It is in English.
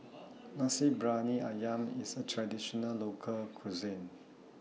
Nasi Briyani Ayam IS A Traditional Local Cuisine